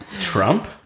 Trump